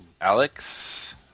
Alex